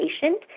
patient